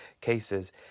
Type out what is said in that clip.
cases